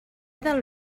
del